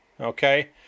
okay